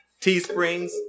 Teesprings